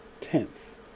tenth